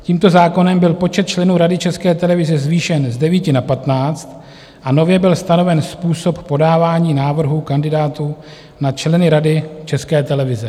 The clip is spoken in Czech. Tímto zákonem byl počet členů Rady České televize zvýšen z 9 na 15 a nově byl stanoven způsob podávání návrhů kandidátů na členy Rady České televize.